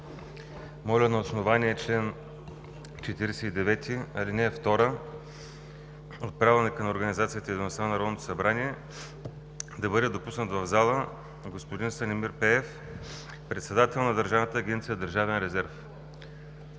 моля на основание чл. 49, ал. 2 от Правилника за организацията и дейността на Народното събрание да бъде допуснат в залата господин Станимир Пеев – председател на Държавна агенция „Държавен резерв“.